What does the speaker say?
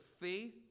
faith